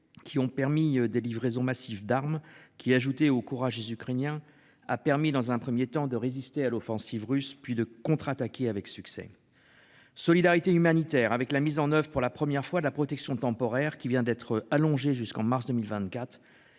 qui ont permis de livraison massive d'armes qui, ajouté au courage des Ukrainiens, a permis dans un 1er temps de résister à l'offensive russe, puis de contre-attaquer avec succès. Solidarité humanitaire avec la mise en oeuvre pour la première fois de la protection temporaire, qui vient d'être allongé jusqu'en mars 2024